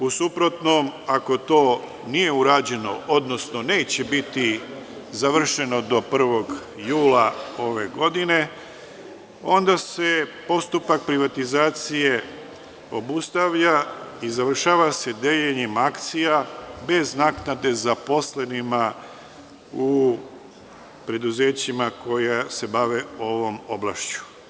U suprotnom, ako to nije urađeno, odnosno neće biti završeno do 1. jula ove godine, onda se postupak privatizacije obustavlja i završava se deljenjem akcija bez naknade zaposlenima u preduzećima koja se bave ovom oblašću.